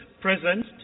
present